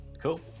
Cool